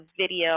video